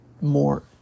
more